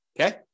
okay